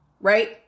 right